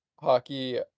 hockey